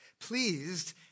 Pleased